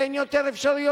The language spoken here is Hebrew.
תן יותר אפשרויות,